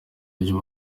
ry’u